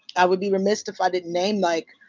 i would be remiss if i didn't name, like,